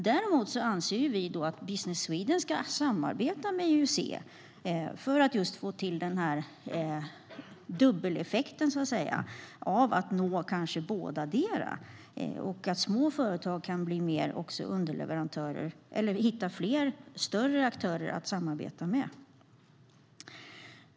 Däremot anser vi att Business Sweden ska samarbeta med IUC för att få till just en sådan dubbeleffekt och nå bådadera, så att små företag kan hitta fler större aktörer att samarbeta med.